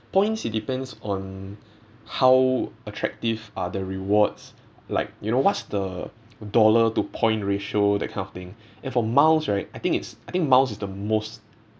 points it depends on how attractive are the rewards like you know what's the dollar to point ratio that kind of thing and for miles right I think it's I think miles is the most